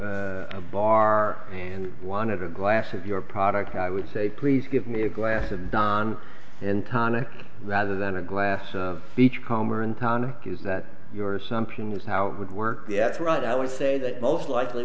a bar and wanted a glass of your product i would say please give me a glass of don and tonic rather than a glass of beach comber in town is that your assumption is how it would work that's right i would say that most likely